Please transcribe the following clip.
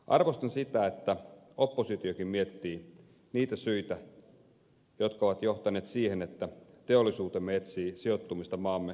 arvostan sitä että oppositiokin miettii niitä syitä jotka ovat johtaneet siihen että teollisuutemme etsii sijoittumista maamme rajojen ulkopuolelle